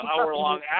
hour-long